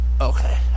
Okay